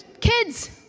kids